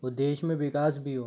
और देश में विकास भी हो